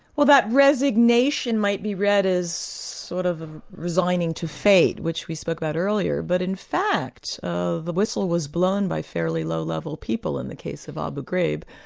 well that resignation might be read as sort of resigning to fate, which we spoke about earlier, but in fact the whistle was blown by fairly low-level people in the case of abu ghraib,